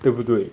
对不对